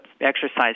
exercise